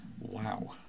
Wow